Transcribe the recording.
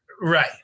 Right